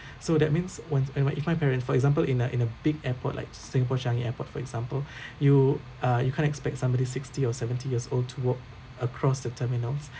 so that means when if my if my parent for example in a in a big airport like singapore changi airport for example you uh you can't expect somebody sixty or seventy years old to walk across the terminals